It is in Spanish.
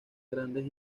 grandes